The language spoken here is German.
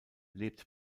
lebt